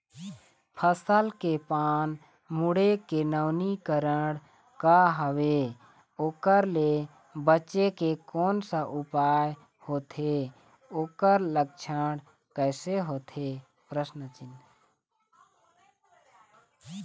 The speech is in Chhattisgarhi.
फसल के पान मुड़े के नवीनीकरण का हवे ओकर ले बचे के कोन सा उपाय होथे ओकर लक्षण कैसे होथे?